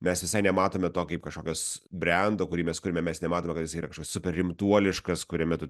mes visai nematome to kaip kažkokios brendo kurį mes kuriame mes nematome kad jis yra kažkoks super rimtuoliškas kuriame tu